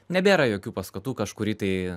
nebėra jokių paskatų kažkurį tai